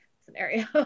scenario